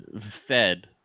fed